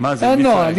אין נוהל.